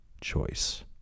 choice